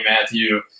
Matthew